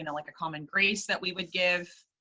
and like a common grace that we would give?